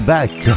Back